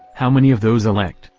how many of those elect,